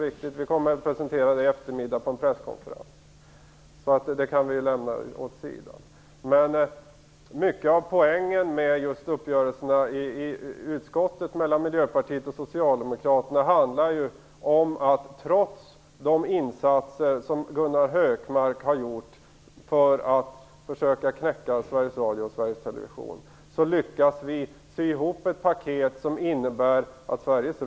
Vi kommer att presentera den i eftermiddag på en presskonferens. Det kan vi lägga åt sidan. Mycket av poängerna med uppgörelserna i utskottet mellan Miljöpartiet och Socialdemokraterna handlar om att vi har lyckats sy ihop ett paket som innebär att Sveriges Radio och framför allt Sveriges Television kan fungera framöver trots en viss decimering.